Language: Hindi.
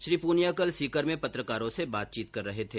श्री पूनिया कल सीकर में पत्रकारों से बातचीत कर रहे थे